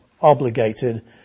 obligated